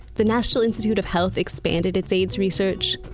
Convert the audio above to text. the national institute of health expanded its aids research,